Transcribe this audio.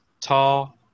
Tall